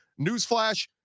Newsflash